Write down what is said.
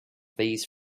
these